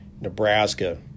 Nebraska